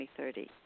2030